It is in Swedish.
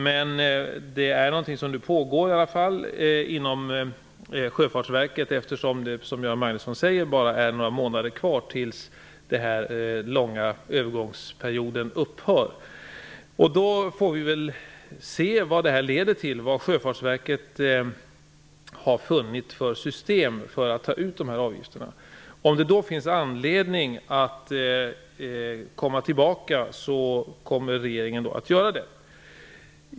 Men den pågår inom Sjöfartsverket. Det är som Göran Magnusson säger bara några månader kvar innan den långa övergångsperioden upphör. Vi får väl se vad Sjöfartsverket har funnit för system för att ta ut avgifterna. Om det då finns anledning att komma tillbaka i frågan kommer regeringen att göra så. Herr talman!